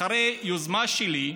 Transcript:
אחרי יוזמה שלי,